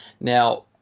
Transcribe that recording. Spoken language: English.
now